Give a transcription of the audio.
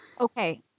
Okay